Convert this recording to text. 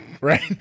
Right